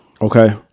Okay